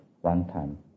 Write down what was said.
one-time